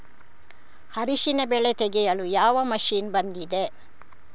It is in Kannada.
ಅರಿಶಿನ ಬೆಳೆ ತೆಗೆಯಲು ಯಾವ ಮಷೀನ್ ಬಂದಿದೆ?